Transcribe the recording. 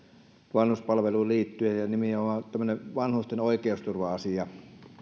vanhuspalveluun liittyen nimenomaan tämmöinen vanhusten oikeusturva asia